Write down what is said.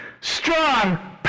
strong